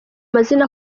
mazina